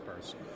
person